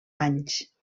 anys